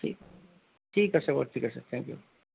ঠিক ঠিক আছে বাৰু ঠিক আছে থেংক ইউ